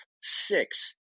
six